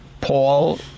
Paul